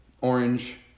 orange